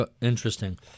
Interesting